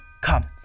Come